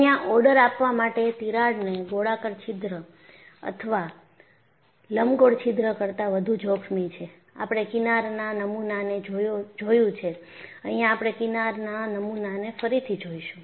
અહિયાં ઓર્ડર આપવા માટે તિરાડને ગોળાકાર છિદ્ર અથવા લંબગોળ છિદ્ર કરતાં વધુ જોખમી છે આપણે કિનારના નમુનાને જોયું છે અહિયાં આપણે કિનારના નમુનાને ફરીથી જોઈશું